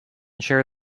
share